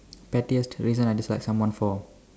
pettiest reason I dislike someone for